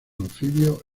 anfibios